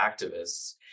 activists